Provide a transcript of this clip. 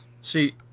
see